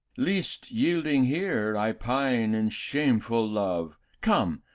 least, yielding here, i pine in shameful love, come,